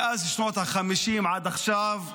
מאז שנות החמישים ועד עכשיו,